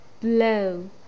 blow